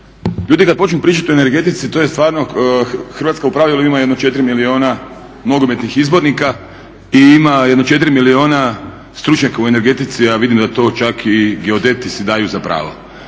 Ljudi kad počnu pričati o energetici to je stvarno, Hrvatska u pravilu ima jedno 4 milijuna nogometnih izbornika i ima jedno 4 milijuna stručnjaka u energetici a vidim da to čak i geodeti si daju za pravo.